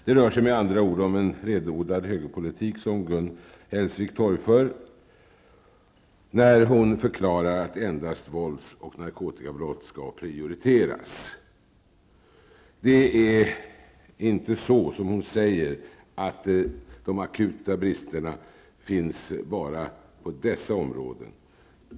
Det rör sig med andra ord om en renodlad högerpolitik, som Gun Hellsvik torgför, när hon förklarar att endast vålds och narkotikabrott skall prioriteras. Det är inte så som hon säger att de akuta bristerna finns bara på dessa områden.